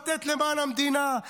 לתת למען המדינה,